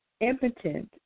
impotent